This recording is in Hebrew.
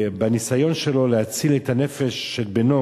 ובניסיון שלו להציל את הנפש של בנו